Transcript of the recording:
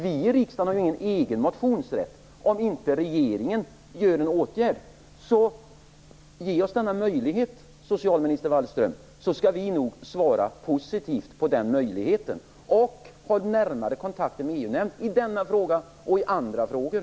Vi i riksdagen har ju ingen egen motionsrätt om regeringen inte vidtar någon åtgärd. Ge oss denna möjlighet, socialminister Wallström. Vi skall nog svara positivt på den möjligheten. Håll närmare kontakt med EU-nämnden i denna fråga och i andra frågor!